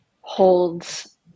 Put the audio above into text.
holds